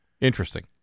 Interesting